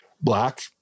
black